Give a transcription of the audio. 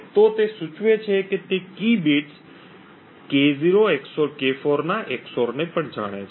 તો તે સૂચવે છે કે તે key bits K0 XOR K4 ના XOR ને જાણે છે